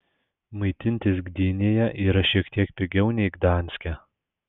maitintis gdynėje yra šiek tiek pigiau nei gdanske